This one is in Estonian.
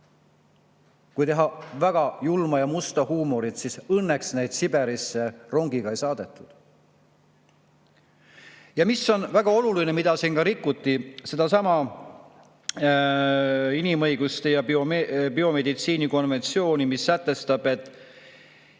Kui teha väga julma ja musta huumorit, siis õnneks neid rongiga Siberisse ei saadetud. Ja mis on väga oluline, siin rikuti ka sedasama inimõiguste ja biomeditsiini konventsiooni, mis sätestab, et